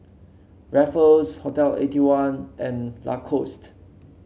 Ruffles Hotel Eighty one and Lacoste